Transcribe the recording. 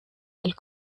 del